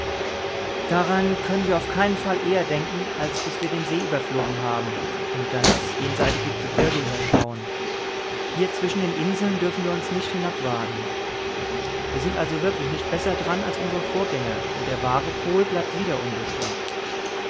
daran können wir auf keinen fall eher denken bis wir den see überflogen haben und das jenseitige gebirge überschauen hier zwischen den inseln dürfen wir uns nicht hinabwagen wir sind also wirklich nicht besser daran als unsere vorgänger und der wahre pol bleibt wieder unbestimmt